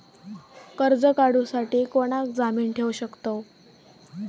कर्ज काढूसाठी कोणाक जामीन ठेवू शकतव?